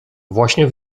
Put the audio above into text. właśnie